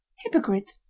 hypocrite